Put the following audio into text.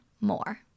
more